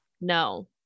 no